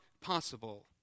possible